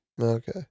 Okay